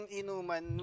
inuman